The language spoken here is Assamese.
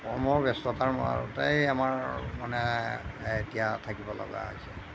কৰ্মৰ ব্যস্ততাৰ মাজতেই আমাৰ মানে এতিয়া থাকিব লগা হৈছে